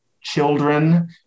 children